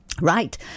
Right